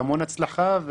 המון הצלחה,